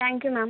thank you ma'am